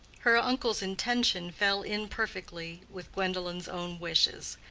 her uncle's intention fell in perfectly with gwendolen's own wishes.